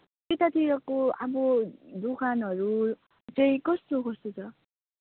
त्यतातिरको अब दोकानहरू चाहिँ कस्तो कस्तो छ